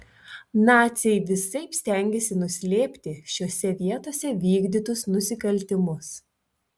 naciai visaip stengėsi nuslėpti šiose vietose vykdytus nusikaltimus